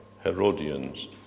Herodians